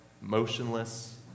motionless